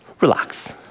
relax